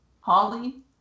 Holly